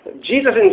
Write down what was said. Jesus